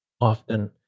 often